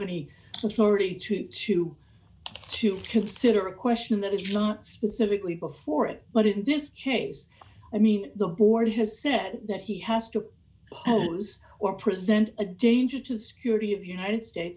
authority to to to consider a question that is not specifically before it but in this case i mean the board has said that he has to pose or present a danger to the security of the united states